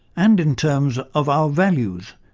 and in terms of our values,